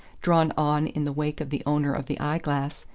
drawn on in the wake of the owner of the eye-glass,